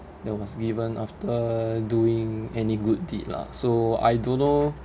that was given after doing any good deed lah so I don't know